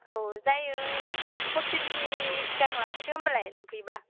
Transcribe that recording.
औ जायो फरटिननि सिगां लांफैदो होमब्लालाय लांफैयोब्ला